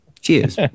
cheers